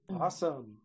Awesome